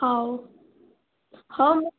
ହେଉ ହେଉ ମୁଁ